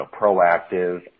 proactive